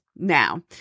Now